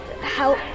help